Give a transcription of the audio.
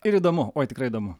ir įdomu oi tikrai įdomu